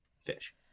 fish